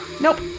Nope